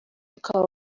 ukaba